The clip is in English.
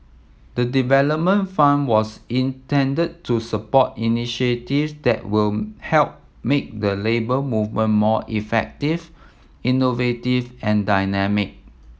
the development fund was intended to support initiatives that will help make the Labour Movement more effective innovative and dynamic